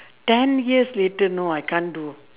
ten years later no I can't do